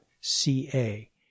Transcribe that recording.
CA